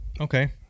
Okay